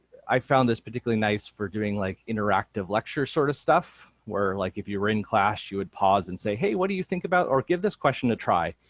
i found this particularly nice for doing like interactive lecture sort of stuff where like if you were in class you would pause and say, hey what do you think about, or give this question to try.